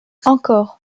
encore